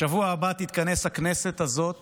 בשבוע הבא תתכנס הכנסת הזאת